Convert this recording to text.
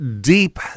deep